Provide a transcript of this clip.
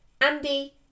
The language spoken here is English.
Andy